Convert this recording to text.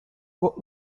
what